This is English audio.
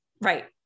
Right